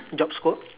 job scope